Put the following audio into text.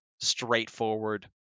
straightforward